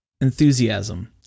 Enthusiasm